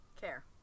care